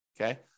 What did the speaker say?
Okay